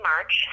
March